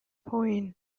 point